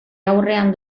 aurrean